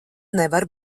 nevar